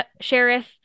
sheriff